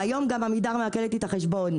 והיום גם עמידר מעקלת לי את החשבון.